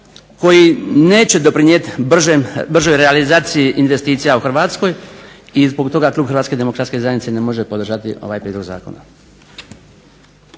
koji neće doprinijeti bržoj realizaciji investicija u Hrvatskoj i zbog toga klub HDZ-a ne može podržati ovaj prijedlog zakona.